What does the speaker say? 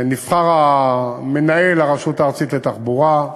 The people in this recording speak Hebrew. נבחר מנהל הרשות הארצית לתחבורה,